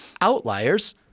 outliers